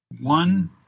one